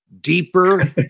deeper